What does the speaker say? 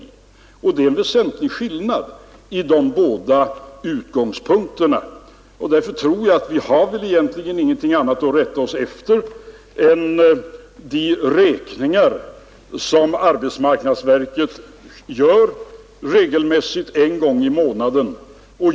Och det är en väsentlig skillnad mellan dessa båda utgångspunkter. Därför tror jag att vi har egentligen ingenting annat att rätta oss efter än de beräkningar som arbetsmarknadsverket gör regelmässigt en gång i månaden.